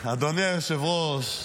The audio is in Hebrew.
אדוני היושב-ראש,